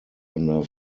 under